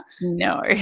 No